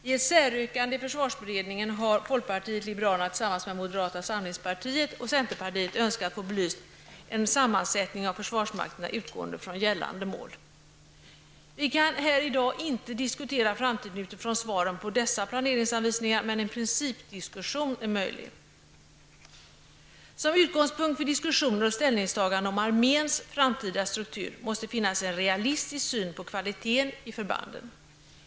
I ett säryrkande i försvarsberedningen har folkpartiet liberalerna, tillsammans med moderata samlingspartiet och centerpartiet, framfört att man önskar belysa en sammansättning av försvarskrafterna med utgångspunkt i gällande mål. Vi kan här i dag inte diskutera framtiden utifrån svaren beträffande dessa planeringsanvisningar, men en principdiskussion är möjlig. Utgångspunkten för diskussioner och ställningstaganden om arméns framtida struktur måste vara en realistisk syn på kvaliteten i förbanden.